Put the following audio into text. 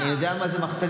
אני יודע מה זה מכת"זית,